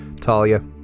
Talia